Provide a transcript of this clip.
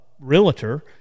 realtor